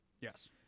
yes